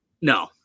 No